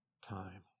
time